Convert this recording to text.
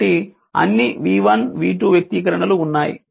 కాబట్టి అన్ని v1 v2 వ్యక్తీకరణలు ఉన్నాయి